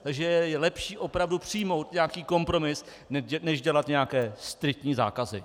Takže je lepší opravdu přijmout nějaký kompromis než dělat nějaké striktní zákazy.